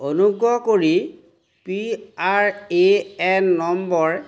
অনুগ্ৰহ কৰি P R A N number